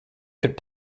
could